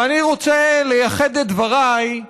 ואני רוצה לייחד את דבריי,